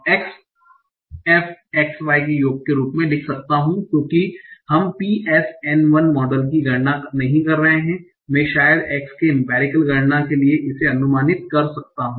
xfxy के योग के रूप में लिख सकता हु और क्योंकि हम P s n l model की गणना नहीं कर रहे हैं मैं शायद x के इंपेरिकल गणना के साथ इसे अनुमानित कर सकता हूं